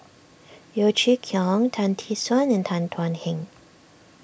Yeo Chee Kiong Tan Tee Suan and Tan Thuan Heng